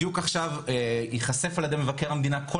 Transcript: בדיוק עכשיו ייחשף על ידי מבקר המדינה כל